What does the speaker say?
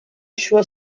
შუა